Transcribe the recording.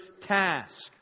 task